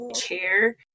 care